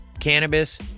Cannabis